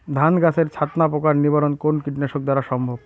ধান গাছের ছাতনা পোকার নিবারণ কোন কীটনাশক দ্বারা সম্ভব?